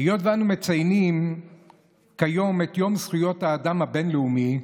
היות שאנו מציינים כיום את יום זכויות האדם הבין-לאומי,